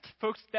Folks